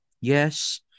Yes